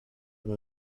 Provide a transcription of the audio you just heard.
than